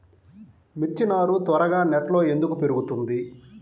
మిర్చి నారు త్వరగా నెట్లో ఎందుకు పెరుగుతుంది?